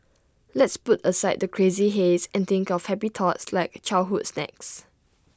let's put aside the crazy haze and think of happy thoughts like childhood snacks